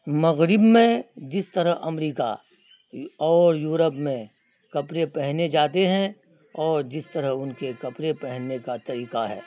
مغرب میں جس طرح امریکہ اور یورپ میں کپڑے پہنے جاتے ہیں اور جس طرح ان کے کپڑے پہننے کا طریقہ ہے